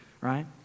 Right